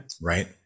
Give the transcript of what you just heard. Right